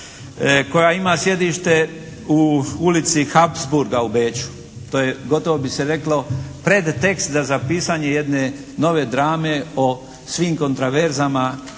koja ima sjedište u Ulici Habsburga u Beču. To je gotovo bi se reklo predtekst za pisanje jedne nove drame o svim kontraverzama